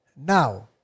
Now